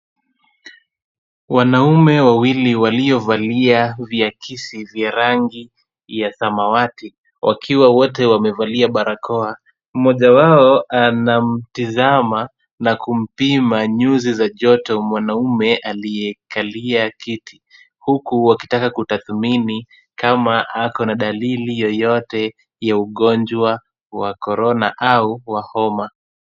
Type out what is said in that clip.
Wanaume wawili waliovalia viakisi vya rangi ya samawati. Wakiwa wote wamevalia barakoa, Mmoja wao anamtizama na kumpima nyuzi za joto, mwanaume aliyekalia kiti huku wakitaka kutathmini kama ako na dalili yoyote ya ugonjwa wa korona au wa homa.